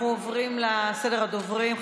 אנחנו עוברים לסדר הדוברים.